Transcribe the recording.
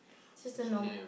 it's just a norm~